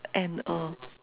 and uh